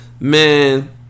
man